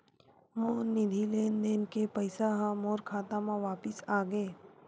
मोर निधि लेन देन के पैसा हा मोर खाता मा वापिस आ गे